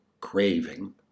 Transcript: craving